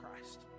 Christ